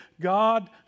God